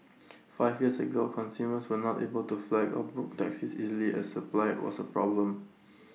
five years ago consumers were not able to flag or book taxis easily as supply was A problem